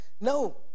No